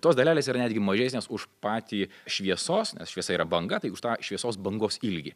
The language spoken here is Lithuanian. tos dalelės yra netgi mažesnės už patį šviesos nes šviesa yra banga tai už tą šviesos bangos ilgį